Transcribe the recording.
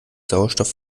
sauerstoff